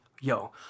yo